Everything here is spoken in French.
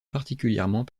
particulièrement